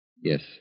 Yes